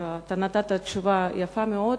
ונתת תשובה יפה מאוד.